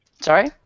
Sorry